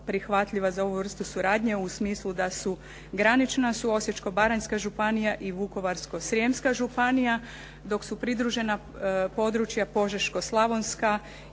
za ovu vrstu suradnje u smislu da su granična su Osječko-baranjska županija i Vukovarsko-srijemska županija dok su pridružena područja Požeško-slavonska